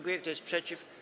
Kto jest przeciw?